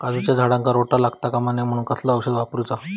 काजूच्या झाडांका रोटो लागता कमा नये म्हनान कसला औषध वापरूचा?